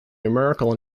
numerical